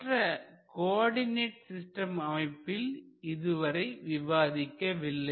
மற்ற coordinate system அமைப்பில் இதுவரை விவாதிக்கவில்லை